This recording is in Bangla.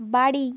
বাড়ি